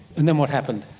and then what happened?